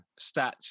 stats